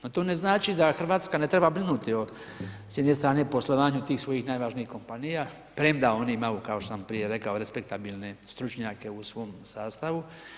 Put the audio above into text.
No to ne znači da Hrvatska ne treba brinuti o s jedne strane, poslovanju tih svojih najvažnijih kompanija, premda oni imaju, kao što sam prije rekao, respektabilne stručnjake u svom sastavu.